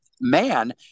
man